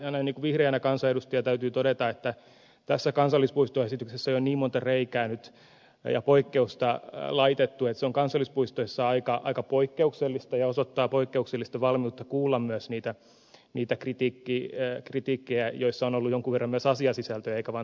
näin vihreänä kansanedustajana täytyy todeta että tässä kansallispuistoesityksessä on jo nyt niin monta reikää ja poikkeusta laitettu että se on kansallispuistoissa aika poikkeuksellista ja osoittaa poikkeuksellista valmiutta kuulla myös sitä kritiikkiä jossa on ollut jonkin verran myös asiasisältöä eikä vain tunnetta mukana